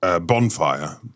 bonfire